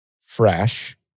fresh